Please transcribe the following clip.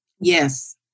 Yes